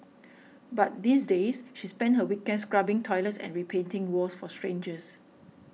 but these days she spends her weekends scrubbing toilets and repainting walls for strangers